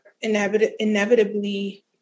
inevitably